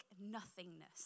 nothingness